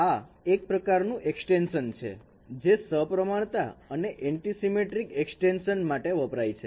આ એક પ્રકારનું એક્સ્ટેંશન છે જે સપ્રમાણતા અને એન્ટિસીમેટ્રિક એક્સ્ટેંશન માટે વપરાય છે